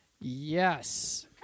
Yes